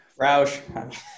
Roush